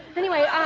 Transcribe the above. anyway,